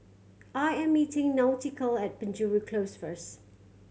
I am meeting Nautica at Penjuru Close first